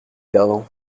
perdants